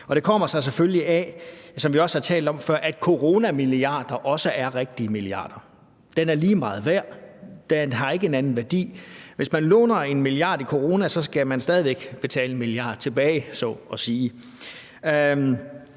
talt om før, at coronamilliarder også er rigtige milliarder. De er lige meget værd, de har ikke en anden værdi. Hvis man låner 1 milliard i corona, skal man stadig betale 1 milliard tilbage, så at sige.